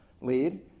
lead